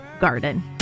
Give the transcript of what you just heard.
Garden